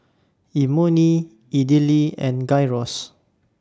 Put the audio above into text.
Imoni Idili and Gyros